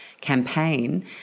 campaign